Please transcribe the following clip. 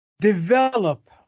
develop